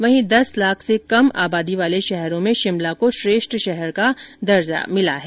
वहीं दस लाख से कम आबादी वाले शहरों में शिमला को श्रेष्ठ शहर का दर्जा मिला है